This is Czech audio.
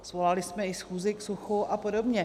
Svolali jsme i schůzi k suchu a podobně.